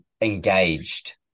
engaged